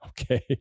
Okay